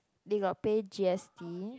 they got pay G_S_T